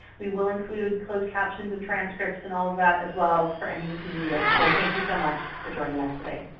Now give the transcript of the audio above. we will include closed captions and transcripts and all of that as well for any who need it. so thank you so much for joining us today.